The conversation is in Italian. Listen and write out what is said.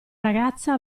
ragazza